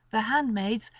the handmaids,